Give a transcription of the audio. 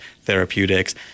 therapeutics